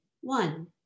One